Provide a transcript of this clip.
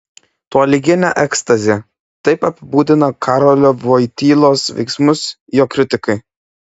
tolyginė ekstazė taip apibūdina karolio voitylos veiksmus jo kritikai